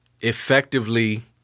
effectively